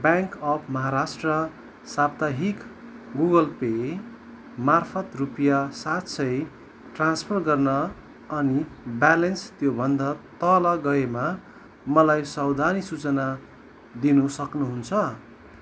bank of Maharashtra साप्ताहिक Google पेमार्फत् रुपियाँ सात सय ट्रान्सफर गर्न अनि ब्यालेन्स त्योभन्दा तल गएमा मलाई सावधानी सूचना दिनु सक्नुहुन्छ